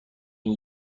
این